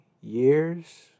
years